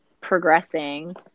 progressing